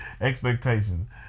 expectations